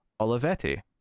Olivetti